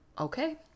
okay